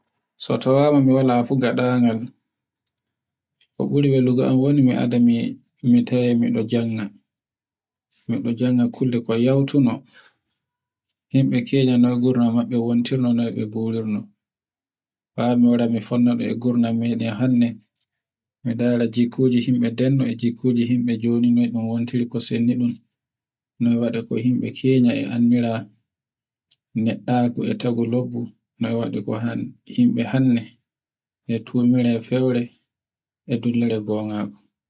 So tawawa mi wala fuɗangal, ko ɓuri welugo am woni mi ada mi yehi mi tawe mi waɗa janna. Mi ɗa jannga kulle ko yawtino, himɓe kenya noy gurna maɓɓe wontorno noy be mbuwerno, faa mi wara mi fura nan e gurnan meɗen hanne. Min dara jikuji himɓe denne e dikuji himɓe joni noy be ngontiri ko sendi dun, noy woni ko himɓe kenye e anndira nyeddaku e tagu lobbu, noy waɗi ko himɓe hannde. e tumira e fewre, e dullare gonga.